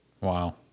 Wow